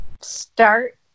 start